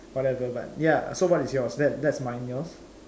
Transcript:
whatever but ya so what is yours that that's mine yours